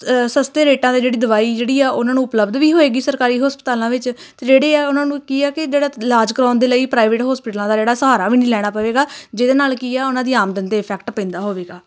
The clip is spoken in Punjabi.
ਸਸਤੇ ਰੇਟਾਂ 'ਤੇ ਜਿਹੜੀ ਦਵਾਈ ਜਿਹੜੀ ਆ ਉਹਨਾਂ ਨੂੰ ਉਪਲੱਬਧ ਵੀ ਹੋਏਗੀ ਸਰਕਾਰੀ ਹਸਪਤਾਲਾਂ ਵਿੱਚ ਅਤੇ ਜਿਹੜੇ ਆ ਉਹਨਾਂ ਨੂੰ ਕੀ ਆ ਕਿ ਜਿਹੜਾ ਇਲਾਜ ਕਰਾਉਣ ਦੇ ਲਈ ਪ੍ਰਾਈਵੇਟ ਹੋਸਪਿਟਲਾਂ ਦਾ ਜਿਹੜਾ ਸਹਾਰਾ ਵੀ ਨਹੀਂ ਲੈਣਾ ਪਵੇਗਾ ਜਿਹਦੇ ਨਾਲ ਕੀ ਆ ਉਹਨਾਂ ਦੀ ਆਮਦਨ 'ਤੇ ਇਫੈਕਟ ਪੈਂਦਾ ਹੋਵੇਗਾ